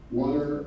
water